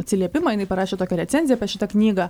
atsiliepimą jinai parašė tokią recenziją apie šitą knygą